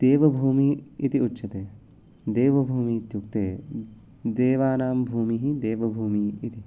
देवभूमिः इति उच्यते देवभूमिः इत्युक्ते देवानां भूमिः देवभूमिः इति